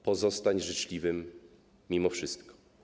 Pozostań życzliwy, mimo wszystko.